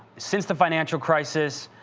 since the financial crisis,